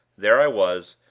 there i was,